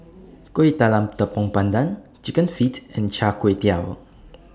Kuih Talam Tepong Pandan Chicken Feet and Char Kway Teow